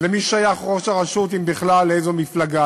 למי שייך ראש הרשות, אם בכלל, לאיזו מפלגה.